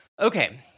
Okay